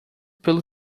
pelo